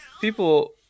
people